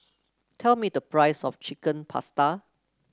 tell me the price of Chicken Pasta